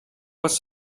was